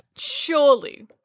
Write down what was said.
Surely